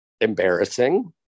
embarrassing